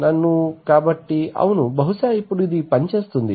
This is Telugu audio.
నన్ను కాబట్టి అవును బహుశా ఇప్పుడు అది పని చేస్తుంది